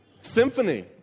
symphony